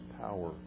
power